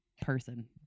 person